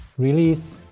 release.